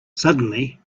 suddenly